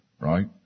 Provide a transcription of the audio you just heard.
right